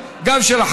גם של נציגי ציבור,